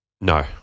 No